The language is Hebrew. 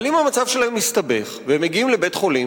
אבל אם המצב שלהם מסתבך והם מגיעים לבית-חולים,